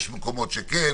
יש מקומות שכן